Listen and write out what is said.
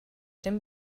dem